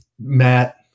Matt